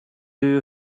you